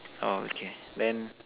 orh okay then